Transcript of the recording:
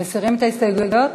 מסירים את ההסתייגויות?